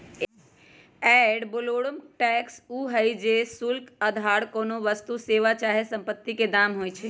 ad valorem tax उ हइ जेते शुल्क अधार कोनो वस्तु, सेवा चाहे सम्पति के दाम होइ छइ